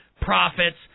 profits